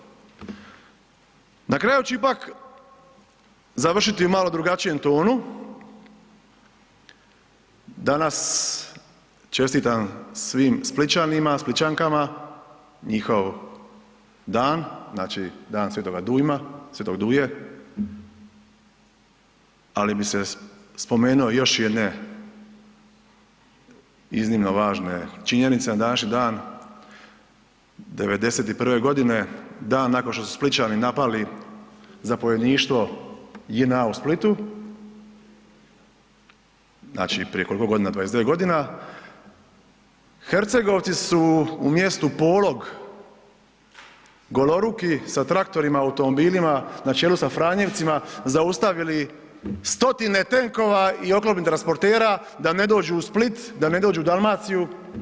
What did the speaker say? Na kraju ću ipak završiti u malo drugačijem tonu, danas čestitam svim Splićanima, Splićankama njihov dan, Dan svetoga Dujma, Sv. Duje, ali bih se spomenuo još jedne iznimno važne činjenice, na današnji dan '91.godine dan nakon što su Splićani napali zapovjedništvo JNA u Splitu, znači prije koliko godina, 29 godina, Hercegovci su u mjestu Polog goloruki sa traktorima, automobilima na čelu sa Franjevcima zaustavili stotine tenkova i oklopnih transportera da ne dođu u Split, da ne dođu u Dalmaciju.